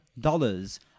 dollars